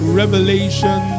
revelation